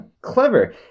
clever